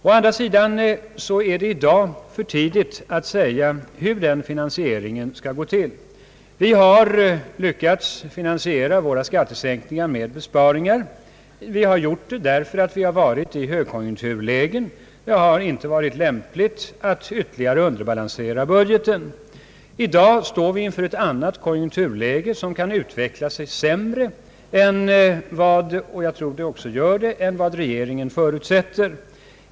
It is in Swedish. Å andra sidan är det i dag för tidigt att säga hur den finansieringen skall gå till. Vi har lyckats finansiera våra skattesänkningar med besparingar, men vi har gjort det för att vi haft högkonjunktur och för att det inte har varit lämpligt att ytterligare underbalansera budgeten. I dag står vi inför ett annat konjunkturläge som kan utvecklas till det sämre — och jag tror också att det kommer att göra det — mer än vad regeringen förutsätter.